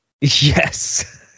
Yes